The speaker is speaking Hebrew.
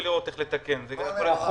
אמרתי, אני מעדיף שהבנקים יגיעו, לא הוא.